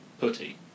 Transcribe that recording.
putty